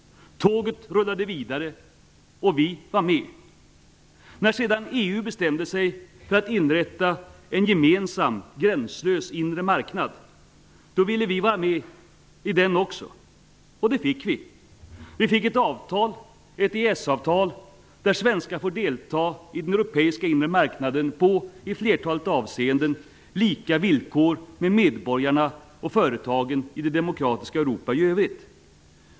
Tåget rullade vidare, och vi var med. När sedan EU bestämde sig för att inrätta en gemensam gränslös inre marknad ville vi vara med i den också, och det fick vi. Vi fick ett avtal, ett EES avtal, där svenskar får delta i den europeiska inre marknaden på, i flertalet avseenden, lika villkor som medborgarna och företagen i det demokratiska Europa i övrigt.